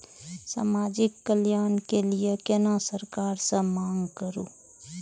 समाजिक कल्याण के लीऐ केना सरकार से मांग करु?